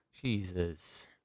Jesus